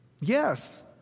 Yes